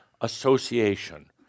association –